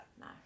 No